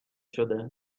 شده